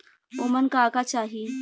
ओमन का का चाही?